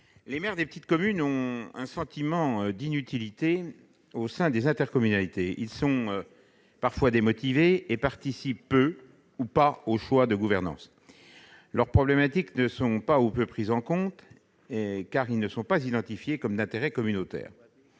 Les maires des petites communes ont un sentiment d'inutilité au sein des intercommunalités. Ils sont parfois démotivés et participent peu ou pas aux choix de gouvernance. Leurs problématiques ne sont pas ou peu prises en compte, car elles ne sont pas identifiées comme d'intérêt communautaire.